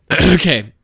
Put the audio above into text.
Okay